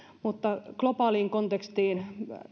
mutta globaaliin kontekstiin